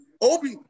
Obi